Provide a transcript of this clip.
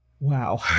wow